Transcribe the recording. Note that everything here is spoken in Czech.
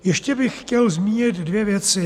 Ještě bych chtěl zmínit dvě věci.